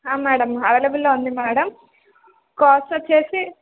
madam available ఉంది madam cost వచ్చేసి